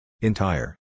Entire